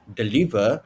deliver